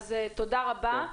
תודה רבה.